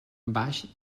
baix